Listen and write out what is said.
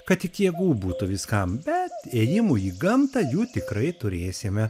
kad tik jėgų būtų viskam bet ėjimui į gamtą jų tikrai turėsime